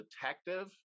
detective